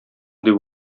дип